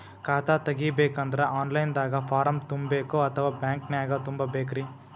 ಖಾತಾ ತೆಗಿಬೇಕಂದ್ರ online ದಾಗ ಫಾರಂ ತುಂಬೇಕೊ ಅಥವಾ ಬ್ಯಾಂಕನ್ಯಾಗ ತುಂಬ ಬೇಕ್ರಿ?